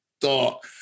dark